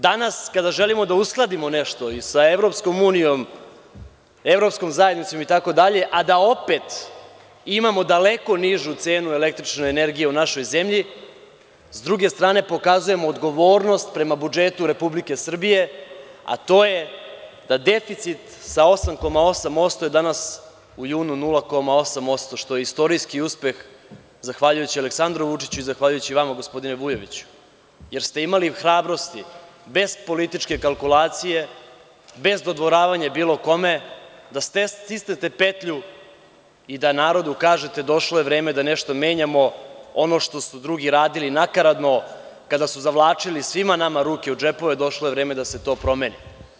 Danas, kada želimo da uskladimo nešto i sa EU, evropskom zajednicom itd, a da opet imamo daleko nižu cenu električne energije u našoj zemlji, s druge strane pokazujemo odgovornost prema budžetu Republike Srbije, a to je da deficit sa 8,8% je danas, u junu, 0,8% što je istorijski uspeh zahvaljujući Aleksandru Vučiću i zahvaljujući vama gospodine Vujoviću, jer ste imali hrabrosti, bez političke kalkulacije, bez dodvoravanja bilo kome, da stisnete petlju i da narodu kažete došlo je vreme da nešto menjamo, ono što su drugi radili nakaradno, kada su zavlačili svima nama ruke u džepove došlo je vreme da se to promeni.